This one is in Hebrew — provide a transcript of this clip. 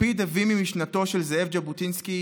לפיד הביא ממשנתו של זאב ז'בוטינסקי,